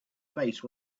face